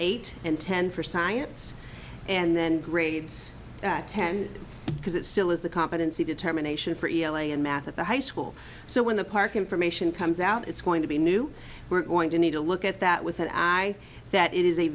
eight and ten for science and then grades at ten because it still is the competency determination for l a and math at the high school so when the park information comes out it's going to be new we're going to need to look at that with an eye that it is a